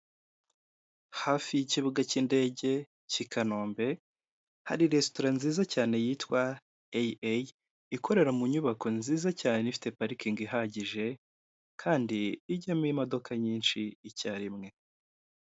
Hafi y'ikibuga cy'indege cy'i kanombe hari resitora nziza cyane yitwa eyi eyi ikorera mu nyubako nziza cyane ifite parikingi ihagije kandi ijyamo imodoka nyinshi icyarimwe.